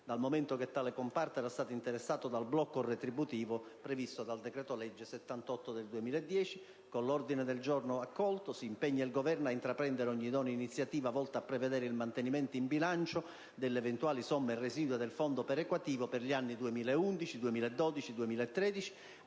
Dal momento che tale comparto era stato interessato dal blocco retributivo previsto dal decreto-legge n. 78 del 2010, con l'ordine del giorno accolto si impegna il Governo a intraprendere ogni idonea iniziativa volta a prevedere il mantenimento in bilancio delle eventuali somme residue del fondo perequativo per gli anni 2011, 2012 e 2013,